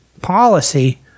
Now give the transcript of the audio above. policy